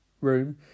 room